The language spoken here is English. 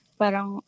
parang